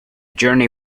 journey